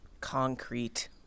Concrete